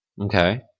Okay